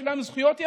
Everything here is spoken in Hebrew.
יש גם זכויות יתר,